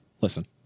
Listen